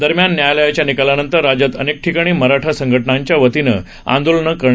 दरम्यान न्यायालयाच्या निकालानंतर राज्यात अनेक ठिकाणी मराठा संघटनांच्या वतीनं आंदोलनं केली जात आहेत